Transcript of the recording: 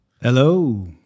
Hello